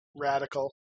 radical